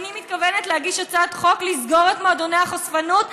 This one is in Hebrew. ואני מתכוונת להגיש הצעת חוק לסגור את מועדוני החשפנות,